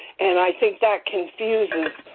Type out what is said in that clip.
and i think that confuses